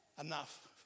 enough